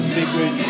Secret